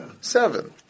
Seven